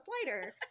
slider